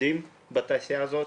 עובדים בתעשייה הזאת.